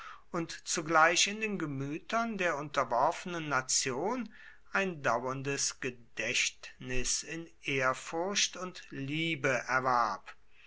und zugleich in den gemütern der unterworfenen nation ein dauerndes gedächtnis in ehrfurcht und liebe erwarb